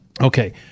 Okay